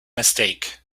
mistake